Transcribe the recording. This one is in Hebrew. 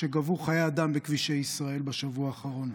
שגבו חיי אדם בכבישי ישראל בשבוע האחרון: